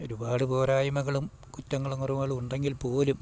ഒരുപാട് പോരായ്മകളും കുറ്റങ്ങളും കുറവുകളും ഉണ്ടെങ്കിൽ പോലും